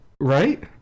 right